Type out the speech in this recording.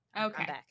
okay